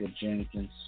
Jenkins